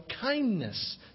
kindness